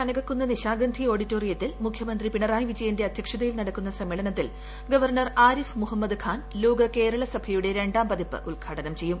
കനകക്കുന്ന് നിശാഗന്ധി ഓഡിറ്റോറിയത്തിൽ മുഖ്യമന്ത്രി പിണറായി വിജയന്റെ അധ്യക്ഷത്യിൽ ചേർന്ന ചടങ്ങിൽ ഗ വർണർ ആരിഫ് മുഹമ്മദ് ഖാൻ ലോക്ട് ക്ക്രിള് സഭയുടെ രണ്ടാം പതിപ്പ് ഉദ്ഘാടനം ചെയ്തു